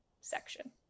section